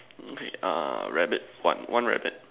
okay err rabbit one one rabbit